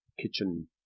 kitchen